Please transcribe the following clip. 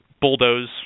bulldoze